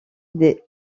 des